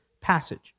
passage